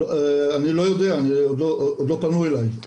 אני לא יודע, עוד לא פנו אליי.